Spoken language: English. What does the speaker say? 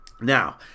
Now